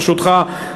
ברשותך,